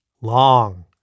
long